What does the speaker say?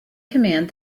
command